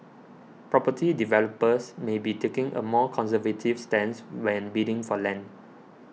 property developers may be taking a more conservative stance when bidding for land